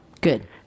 Good